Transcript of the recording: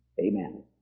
Amen